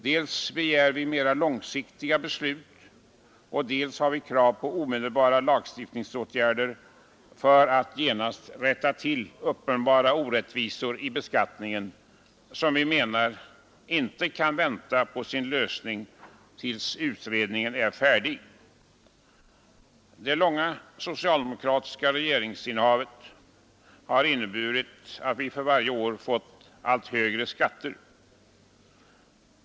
Dels begär vi mer långsiktiga beslut, dels har vi krav på omedelbara lagstiftningsåtgärder som genast skulle rätta till uppenbara orättvisor i beskattningen, som vi menar icke kan vänta på sin lösning tills utredningen är färdig. Det långa socialdemokratiska regeringsinnehavet har inneburit att vi för varje år fått allt högre skatter.